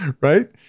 Right